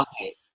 okay